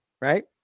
right